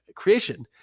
creation